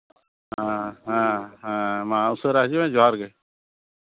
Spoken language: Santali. ᱦᱮᱸ ᱦᱮᱸ ᱦᱮᱸ ᱢᱟ ᱩᱥᱟᱹᱨᱟ ᱦᱤᱡᱩᱜ ᱢᱮ ᱡᱚᱦᱟᱨ ᱜᱮ